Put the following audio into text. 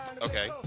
Okay